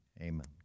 Amen